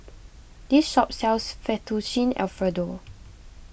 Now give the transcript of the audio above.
this shop sells Fettuccine Alfredo